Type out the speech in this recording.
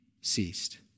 ceased